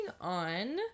on